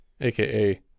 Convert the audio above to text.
AKA